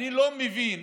אני לא מבין